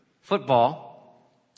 football